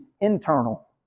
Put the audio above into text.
internal